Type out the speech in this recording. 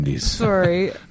Sorry